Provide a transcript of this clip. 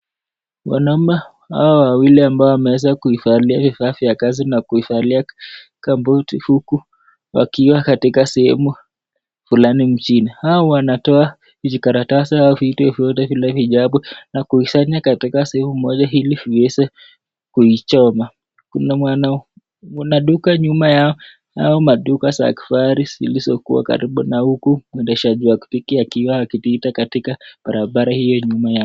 Wanaume hawa wawili ambao wameeza kuvalia vifaa vya kazi, na kuvalia kabuti huku wakiwa katika sehemu fulani mjini, hawa wnatoa vijikaratasi au vitu vyote zile ziko hapo na kuzisanya katika sehemu moja ili waweze kuichoma, kuna duka nyuma yao hayo maduka za kifahari zilizokuwa na huku mwendeshaji wa pikipiki akiwa anapita katika barabara hio nyuma yao.